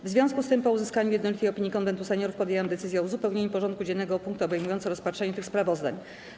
W związku z tym, po uzyskaniu jednolitej opinii Konwentu Seniorów, podjęłam decyzję o uzupełnieniu porządku dziennego o punkty obejmujące rozpatrzenie tych sprawozdań.